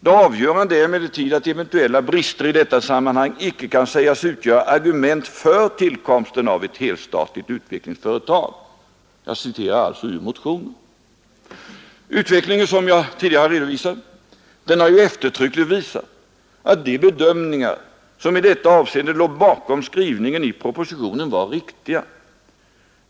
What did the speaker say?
Det avgörande är emellertid att eventuella brister i detta sammanhang icke kan sägas utgöra argument för tillkomsten av ett helstatligt utvecklingsföretag.” Jag citerar alltså ur motionen. Den utveckling som jag tidigare har redovisat har ju eftertryckligt visat att de bedömningar som i detta avseende låg bakom skrivningen i propositionen var riktiga.